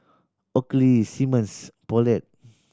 Oakley Simmons Poulet